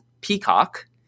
peacock